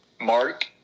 Mark